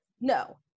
No